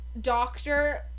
doctor